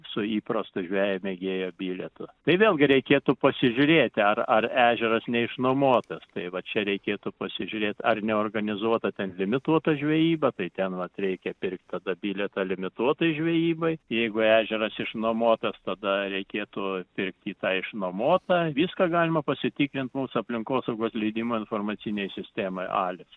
su įprastu žvejo mėgėjo bilietu tai vėlgi reikėtų pasižiūrėti ar ar ežeras neišnuomotas tai va čia reikėtų pasižiūrėt ar neorganizuota ten limituota žvejyba tai ten vat reikia pirkt tada bilietą limituotai žvejybai jeigu ežeras išnuomotas tada reikėtų pirkt į tą išnuomotą viską galima pasitikrint mūsų aplinkosaugos leidimų informacinėj sistemoj alis